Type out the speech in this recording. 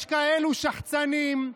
יש כאלו שחצנים,